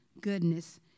goodness